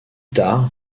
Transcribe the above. tard